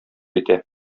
итә